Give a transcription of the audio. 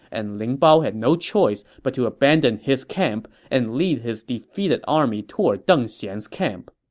and ling bao had no choice but to abandon his camp and lead his defeated army toward deng xian's camp.